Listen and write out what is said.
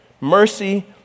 mercy